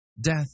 Death